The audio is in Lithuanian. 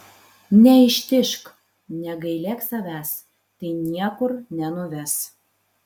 neištižk negailėk savęs tai niekur nenuves